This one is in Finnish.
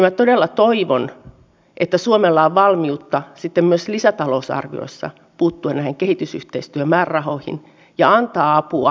on todella valitettavaa että hallitus lopettaa nuorisotakuun ja heikentää nuorten työpajatoiminnan ja etsivän nuorisotyön rahoitusta